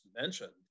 mentioned